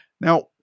Now